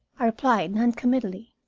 i replied non-committally,